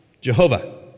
Jehovah